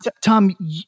Tom